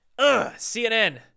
CNN